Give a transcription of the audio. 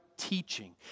Teaching